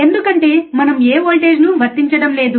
ఎందుకంటే మనం ఏ వోల్టేజ్ను వర్తించడం లేదు